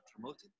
promoted